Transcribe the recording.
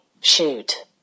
shoot